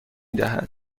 دهد